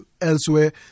elsewhere